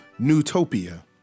Newtopia